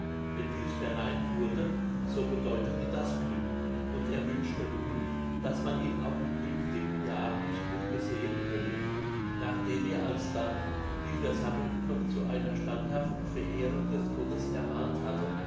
wenn dieß verneint wurde so bedeutete das glück und er wünschte nun daß man ihn auch im künftigen jahre nicht möge sehen können nachdem er alsdann die versammelten noch zu einer standhaften verehrung des gottes ermahnt hatte